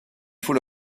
faut